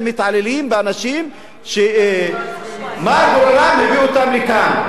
זו שמתעללים באנשים שמר גורלם הביא אותם לכאן,